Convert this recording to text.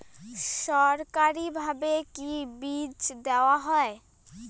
সরকারিভাবে কি বীজ দেওয়া হয়?